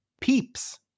Peeps